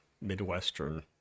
midwestern